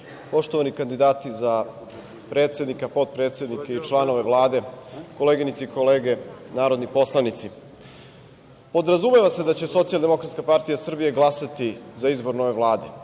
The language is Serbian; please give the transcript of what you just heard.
poštovani kandidati za predsednika, potpredsednika i članove Vlade, koleginice i kolege narodni poslanici, podrazumeva se da će Socijaldemokratska partija Srbije glasati za izbor nove Vlade,